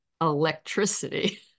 electricity